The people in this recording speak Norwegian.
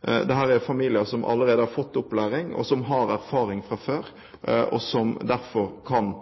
er familier som allerede har fått opplæring, som har erfaring fra før, og som derfor kan